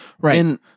Right